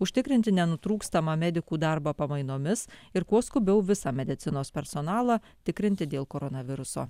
užtikrinti nenutrūkstamą medikų darbą pamainomis ir kuo skubiau visą medicinos personalą tikrinti dėl koronaviruso